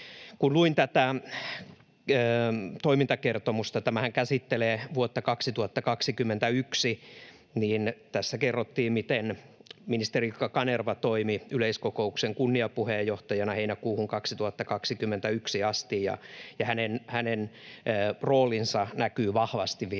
Kun luin tätä toimintakertomusta — tämähän käsittelee vuotta 2021 — niin tässä kerrottiin, miten ministeri Ilkka Kanerva toimi yleiskokouksen kunniapuheenjohtajana heinäkuuhun 2021 asti, ja hänen roolinsa näkyy vahvasti vielä